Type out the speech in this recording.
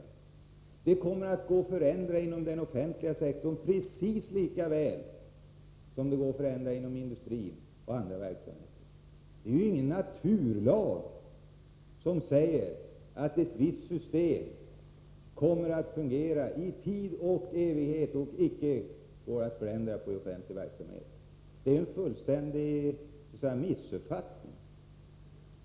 Det kommer att vara möjligt att göra förändringar inom den offentliga sektorn, precis lika väl som det går att förändra inom industrin och andra verksamheter. De finns ingen naturlag som säger att ett visst system för den offentliga verksamheten kommer att fungera för tid och evighet och att det icke går att förändra. Detta är en fullständig missuppfattning.